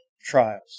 trials